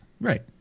Right